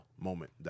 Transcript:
Moment